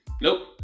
Nope